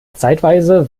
zeitweise